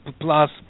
plus